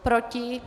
Proti?